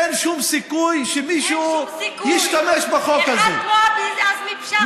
הסיכוי שמי שתומך בחיזבאללה יהיה יושב-ראש, שלך?